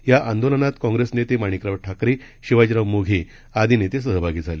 या आंदोलनात काँग्रेस नेते माणिकराव ठाकरे शिवाजीराव मोघे आदी नेते सहभागी झाले